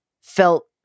felt